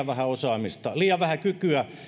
vähän osaamista liian vähän kykyä